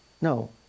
No